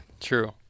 True